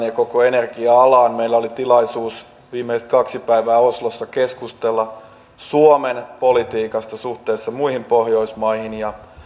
ja koko energia alasta meillä oli tilaisuus viimeiset kaksi päivää oslossa keskustella suomen politiikasta suhteessa muihin pohjoismaihin ja